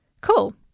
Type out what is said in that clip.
Cool